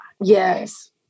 Yes